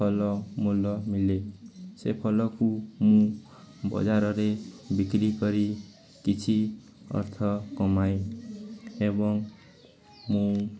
ଫଳମୂଳ ମିଳେ ସେ ଫଳକୁ ମୁଁ ବଜାରରେ ବିକ୍ରି କରି କିଛି ଅର୍ଥ କମାଏ ଏବଂ ମୁଁ